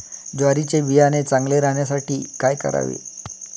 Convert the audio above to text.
ज्वारीचे बियाणे चांगले राहण्यासाठी काय करावे?